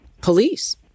police